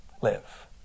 live